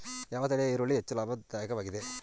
ಯಾವ ತಳಿಯ ಈರುಳ್ಳಿ ಹೆಚ್ಚು ಲಾಭದಾಯಕವಾಗಿದೆ?